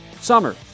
summer